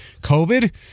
COVID